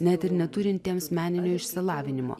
net ir neturintiems meninio išsilavinimo